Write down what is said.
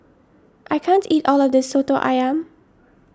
I can't eat all of this Soto Ayam